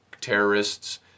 terrorists